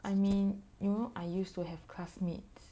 I mean you know I used to have classmates